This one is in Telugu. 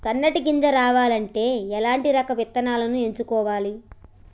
సన్నటి గింజ రావాలి అంటే ఎలాంటి రకం విత్తనాలు ఎంచుకోవాలి?